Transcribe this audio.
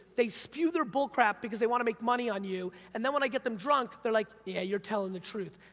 they spew their bullcrap, because they wanna make money on you, and then when i get them drunk, they're like, yeah, you're telling the truth.